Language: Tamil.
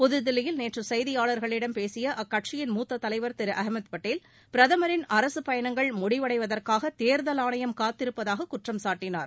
புதுதில்லியில் நேற்று செய்தியாளர்களிடம் பேசிய அக்கட்சியின் மூத்தத் தலைவர் திரு அகமத் பட்டேல் பிரதமின் அரசுப் பயணங்கள் முடிவடைவதற்காக தேர்தல் ஆணையம் காத்திருப்பதாக குற்றம்சாட்டினார்